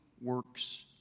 works